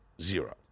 zero